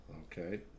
Okay